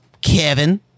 kevin